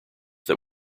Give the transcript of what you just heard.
that